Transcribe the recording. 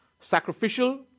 sacrificial